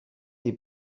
die